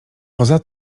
poza